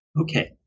Okay